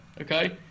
okay